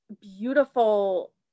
beautiful